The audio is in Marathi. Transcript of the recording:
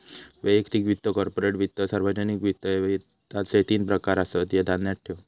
वैयक्तिक वित्त, कॉर्पोरेट वित्त, सार्वजनिक वित्त, ह्ये वित्ताचे तीन प्रकार आसत, ह्या ध्यानात ठेव